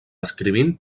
escrivint